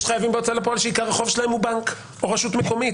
יש חייבים בהוצאה לפועל שעיקר החוב שלהם הוא בנק או רשות מקומית,